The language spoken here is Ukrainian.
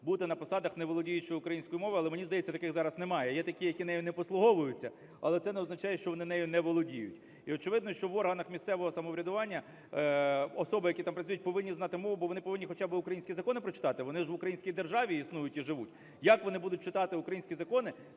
бути на посадах не володіючи українською мовою. Але, мені здається, таких зараз немає, є такі, які не послуговуються, але це не означає, що вони нею не володіють. І очевидно, що в органах місцевого самоврядування особи, які там працюють, повинні знати мову, бо вони повинні хоча би українські закони прочитати, вони ж в українській державі існують і живуть. Як вони будуть читати українські закони,